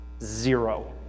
Zero